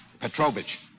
Petrovich